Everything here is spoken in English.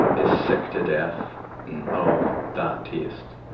is sick to death of that taste.